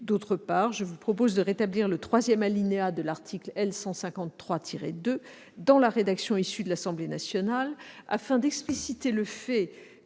D'autre part, je propose de rétablir le troisième alinéa de l'article L.153-2 dans la rédaction issue de l'Assemblée nationale, afin d'expliciter le fait